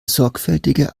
sorgfältige